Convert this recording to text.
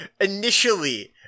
initially-